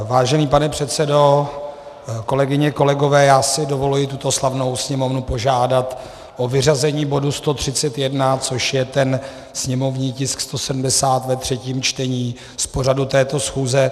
Vážený pane předsedo, kolegyně, kolegové, já si dovoluji tuto slavnou Sněmovnu požádat o vyřazení bodu 131, což je ten sněmovní tisk 170 ve třetím čtení, z pořadu této schůze.